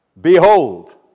Behold